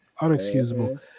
Unexcusable